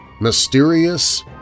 mysterious